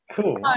Cool